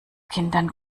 kindern